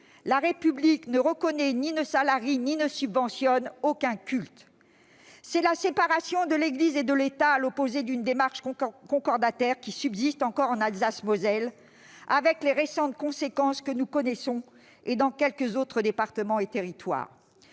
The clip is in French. La République ne reconnaît, ne salarie, ni ne subventionne aucun culte. » C'est la séparation de l'Église et de l'État, à l'opposé d'une démarche concordataire qui subsiste encore en Alsace-Moselle, avec les récentes conséquences que nous connaissons, et dans quelques autres départements et territoires.